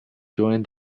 joined